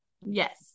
yes